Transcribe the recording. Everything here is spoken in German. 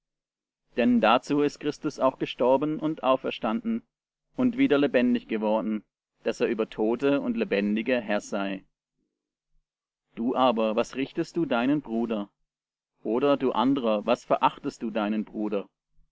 denn dazu ist christus auch gestorben und auferstanden und wieder lebendig geworden daß er über tote und lebendige herr sei du aber was richtest du deinen bruder oder du anderer was verachtest du deinen bruder